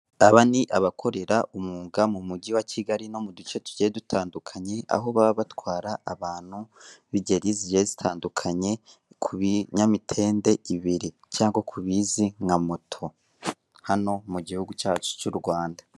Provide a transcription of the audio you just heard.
Aba ni abakorera umwuga mu mugi wa Kigali no mu duce tugiye dutandukanye, aho baba batwara abantu b'ingeri zigiye zitandukanye, ku binyamitende ibiri cyangwa kubizi nka moto, hano mu gihugu cyacu cy'u Rwanda.